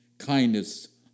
kindness